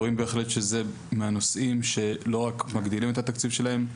רואים שזה בהחלט מהנושאים שלא רק מגדילים את התקציב שלהם,